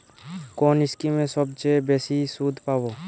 কোন স্কিমে সবচেয়ে বেশি সুদ পাব?